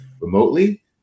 remotely